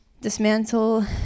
dismantle